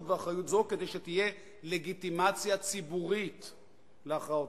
ואחריות זו כדי שתהיה לגיטימציה ציבורית להכרעותיו.